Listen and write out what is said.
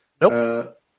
Nope